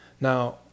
Now